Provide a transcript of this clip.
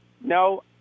No